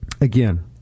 again